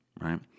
right